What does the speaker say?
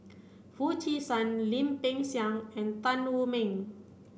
Foo Chee San Lim Peng Siang and Tan Wu Meng